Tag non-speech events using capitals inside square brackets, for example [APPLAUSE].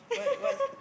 [LAUGHS]